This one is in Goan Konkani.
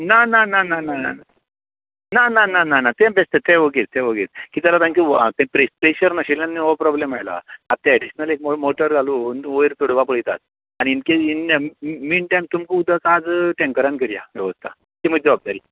ना ना ना ना ना ना ना ना तें बेश्टेंच तें ओगींच तें ओगींच किदें जाला तांकां पेशंन्स नाशिल्ल्यान हो प्रोबल्म आयलां आतां तें एडिशनल एक मोटर घालून वयर चडोवपाक पळयतात आनी in case in mean time तुमकां उदक आज टेंकरान करया दवरता ही म्हजी जबाबदारी